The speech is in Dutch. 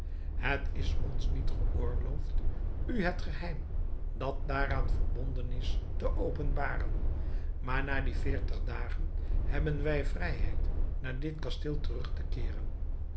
het is ons niet geoorloofd u het geheim dat daaraan verbonden is te openbaren maar na die veertig dagen hebben wij vrijheid naar dit kasteel terug te keeren